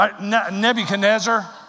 Nebuchadnezzar